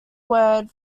word